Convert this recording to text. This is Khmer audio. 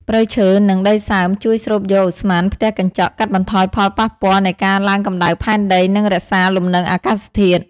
ព្រៃឈើ និងដីសើម ជួយស្រូបយកឧស្ម័នផ្ទះកញ្ចក់ កាត់បន្ថយផលប៉ះពាល់នៃការឡើងកំដៅផែនដី និងរក្សាលំនឹងអាកាសធាតុ។